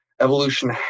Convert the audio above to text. evolution